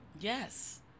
Yes